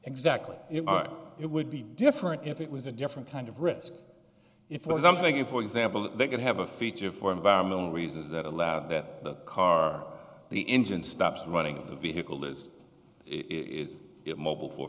exactly it would be different if it was a different kind of risk if it was something for example that they could have a feature for environmental reasons that allowed that the car the engine stops running of the vehicle list it is it mobile for a